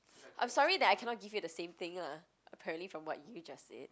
I'm sorry I cannot give you the same thing lah apparently from what you just said